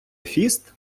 фіст